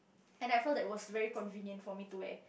and I felt that it was very convenient for me to wear